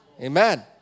Amen